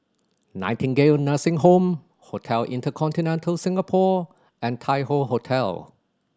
Nightingale Nursing Home Hotel InterContinental Singapore and Tai Hoe Hotel